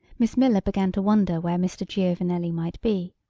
miss miller began to wonder where mr. giovanelli might be.